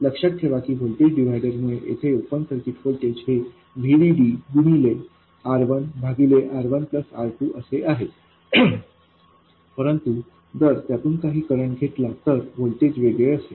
लक्षात ठेवा की व्होल्टेज डिव्हायडर मुळे येथे ओपन सर्किट व्होल्टेज हे VDD गुणिले R1 भागिले R1प्लस R2असे आहे परंतु जर त्यातून काही करंट घेतला तर व्होल्टेज वेगळे असेल